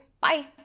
bye